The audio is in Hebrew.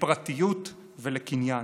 לפרטיות ולקניין.